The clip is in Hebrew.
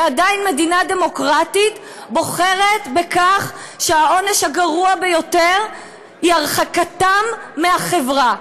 ועדיין מדינה דמוקרטית בוחרת בכך שהעונש הגרוע ביותר הוא הרחקתם מהחברה.